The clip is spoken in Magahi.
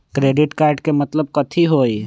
क्रेडिट कार्ड के मतलब कथी होई?